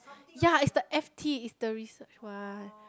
ya it's the F_T it's the research one